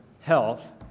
health